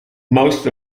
most